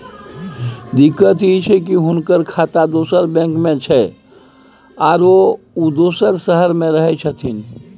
दिक्कत इ छै की हुनकर खाता दोसर बैंक में छै, आरो उ दोसर शहर में रहें छथिन